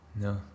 No